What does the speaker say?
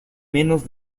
menos